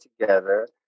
together